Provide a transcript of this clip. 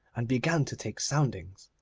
and began to take soundings.